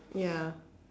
ya